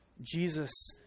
Jesus